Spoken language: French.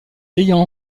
ayant